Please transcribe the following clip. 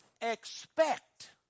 expect